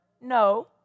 No